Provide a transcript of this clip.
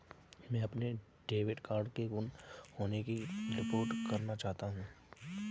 मैं अपने debit card के गुम होने की रिपोर्ट करना चाहता हूँ